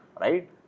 right